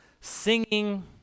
singing